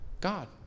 God